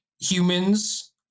humans